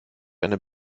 eine